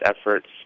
efforts